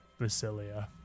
Basilia